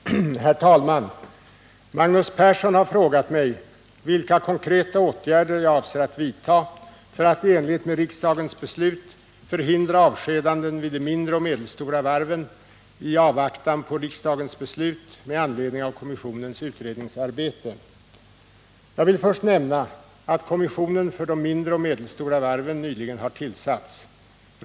436, och anförde: Herr talman! Magnus Persson har frågat mig vilka konkreta åtgärder jag avser att vidta för att i enlighet med riksdagens beslut förhindra avskedanden vid de mindre och medelstora varven i avvaktan på riksdagens beslut med anledning av kommissionens utredningsarbete. Jag vill först nämna att kommissionen för de mindre och medelstora varven nyligen har tillsatts.